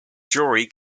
jury